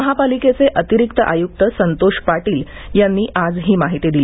महापालिकेचे अतिरिक्त आयुक्त संतोष पाटील यांनी आज ही माहिती दिली